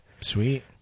Sweet